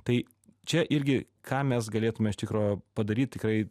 tai čia irgi ką mes galėtume iš tikro padaryt tikrai